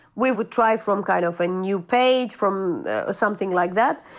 we would try from kind of a new page, from something like that.